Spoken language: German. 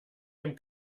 dem